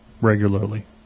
regularly